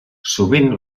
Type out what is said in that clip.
sovint